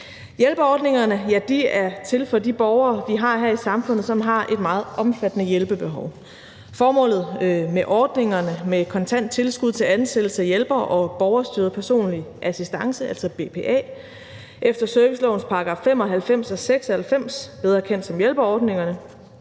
Hjælperordningerne er til for de borgere, vi har her i samfundet, som har et meget omfattende hjælpebehov. Formålet med ordningerne med kontant tilskud til ansættelse af hjælpere og borgerstyret personlig assistance, altså BPA, efter servicelovens § 95 og § 96, bedre kendt som hjælperordningerne,